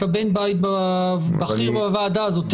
אתה בן בית בכיר בוועדה הזאת,